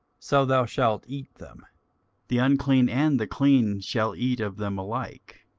so thou shalt eat them the unclean and the clean shall eat of them alike.